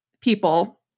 people